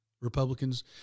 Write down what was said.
Republicans